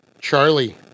Charlie